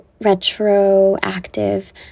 retroactive